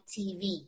TV